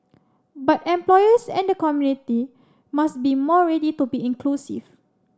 but employers and the community must be more ready to be inclusive